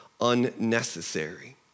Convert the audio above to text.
unnecessary